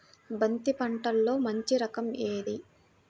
బంతి పంటలో మంచి రకం ఏది?